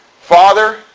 Father